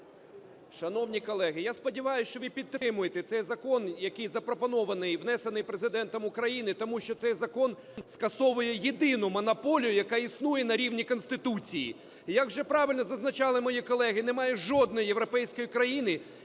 Шановні колеги, я сподіваюсь, що ви підтримуєте цей закон, який запропонований, внесений Президентом України, тому що цей закон скасовує єдину монополію, яка існує на рівні Конституції. І як вже правильно зазначали мої колеги, немає жодної європейської країни,